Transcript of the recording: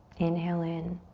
inhale in.